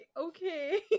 okay